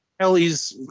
Kelly's